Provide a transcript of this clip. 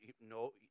no